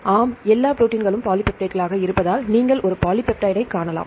ஆம் எல்லா ப்ரோடீன்களும் பாலிபெப்டைட்களாக இருப்பதால் நீங்கள் ஒரு பாலிபெப்டைட்டைக் காணலாம்